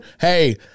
Hey